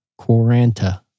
Quaranta